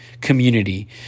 community